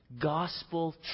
gospel